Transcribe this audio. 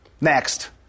Next